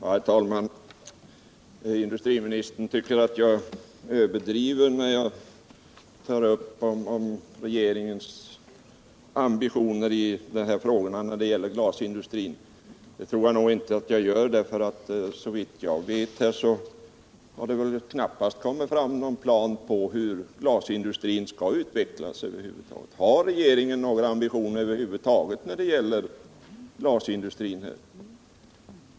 Herr talman! Industriministern tycker att jag överdriver när jag tar upp frågan om regeringens ambitioner vad gäller glasindustrin. Det tror jag inte att jag gör. Såvitt jag vet har det knappast kommit fram någon plan för hur glasindustrin skall utvecklas. Har regeringen några ambitioner över huvud taget när det gäller glasindustrin?